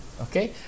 okay